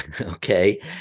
okay